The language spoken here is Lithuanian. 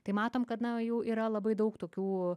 tai matom kad na jų yra labai daug tokių